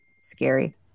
scary